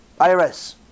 IRS